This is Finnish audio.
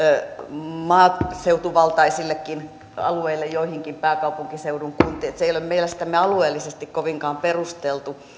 maaseutuvaltaisillekin alueille joihinkin pääkaupunkiseudun kuntiin että se ei ole mielestämme alueellisesti kovinkaan perusteltu